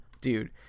dude